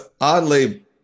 oddly